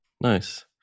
nice